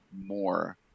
more